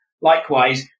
Likewise